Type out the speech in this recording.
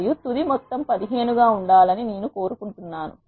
మరియు తుది మొత్తం 15 గా ఉండాలని నేను కోరుకుంటున్నాను